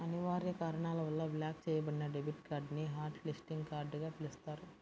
అనివార్య కారణాల వల్ల బ్లాక్ చెయ్యబడిన డెబిట్ కార్డ్ ని హాట్ లిస్టింగ్ కార్డ్ గా పిలుస్తారు